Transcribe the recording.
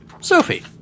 Sophie